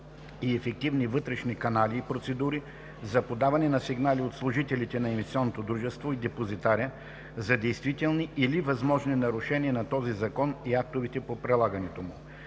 и ефективни вътрешни канали и процедури за подаване на сигнали от служителите на инвестиционното дружество и депозитаря, за действителни или възможни нарушения на този закон и актовете по прилагането му.